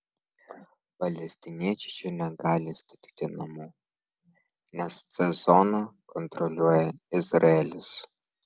palestiniečiai čia negali statyti namų nes c zoną kontroliuoja izraelis